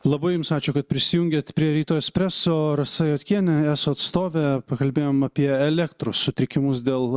labai jums ačiū kad prisijungėt prie ryto espresso rasa juodkienė eso atstovė pakalbėjom apie elektros sutrikimus dėl